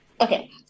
Okay